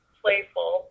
playful